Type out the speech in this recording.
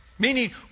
meaning